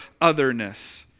otherness